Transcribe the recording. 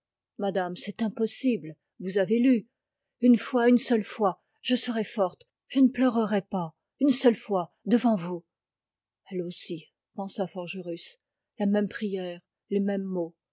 madame c'est impossible vous avez lu une seule fois je serai forte je ne pleurerai pas une seule fois devant vous elle aussi pensa forgerus la même prière les mêmes mots